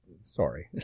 sorry